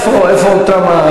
איפה אותם,